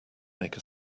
make